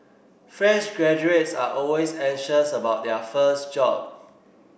fresh graduates are always anxious about their first job